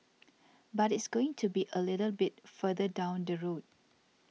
but it's going to be a little bit further down the road